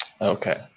Okay